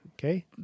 Okay